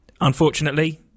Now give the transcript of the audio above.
unfortunately